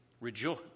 Rejoice